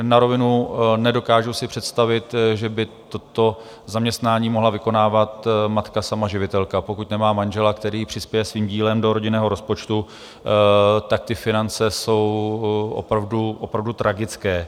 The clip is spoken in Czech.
Na rovinu, nedokážu si představit, že by toto zaměstnání mohla vykonávat matka samoživitelka, pokud nemá manžela, který jí přispěje svým dílem do rodinného rozpočtu, ty finance jsou opravdu tragické.